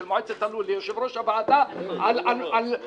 של מועצת הלול ליושב-ראש הוועדה על המחירים.